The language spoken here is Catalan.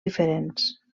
diferents